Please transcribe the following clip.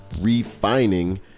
refining